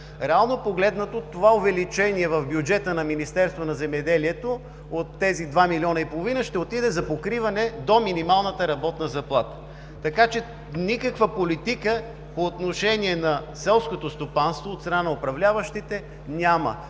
реално погледнато това увеличение в бюджета на Министерството на земеделието от тези 2 милиона и половина ще отиде за покриване до минималната работна заплата. Така че никаква политика по отношение на селското стопанство от страна на управляващите няма,